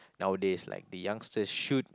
nowadays like the youngster should